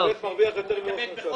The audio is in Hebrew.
שופט מרוויח יותר מראש הממשלה.